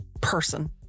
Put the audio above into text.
person